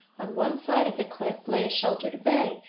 on one side of the cliff lay a sheltered bay,